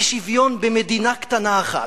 אי-שוויון במדינה קטנה אחת,